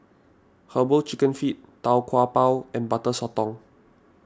Herbal Chicken Feet Tau Kwa Pau and Butter Sotong